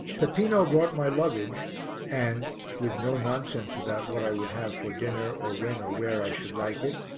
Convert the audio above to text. peppino brought my luggage and, with no nonsense about what i would have for dinner or when or where i should like it,